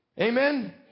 Amen